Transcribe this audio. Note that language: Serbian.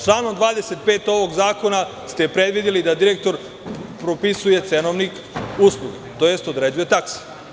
Članom 25. ovog zakona ste predvideli da direktor propisuje cenovnik usluga, tj. određuje takse.